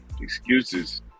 excuses